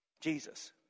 Jesus